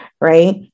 right